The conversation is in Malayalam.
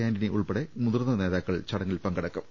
ആന്റണി ഉൾപ്പടെ മുതിർന്ന നേതാക്കൾ ചടങ്ങിൽ പങ്കെടുക്കും